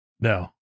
No